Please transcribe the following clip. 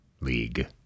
league